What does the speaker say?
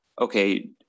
okay